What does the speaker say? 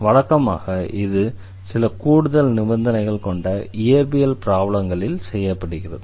வழக்கமாக இது சில கூடுதல் நிபந்தனைகள் கொண்ட இயற்பியல் ப்ராப்ளங்களில் செய்யப்படுகிறது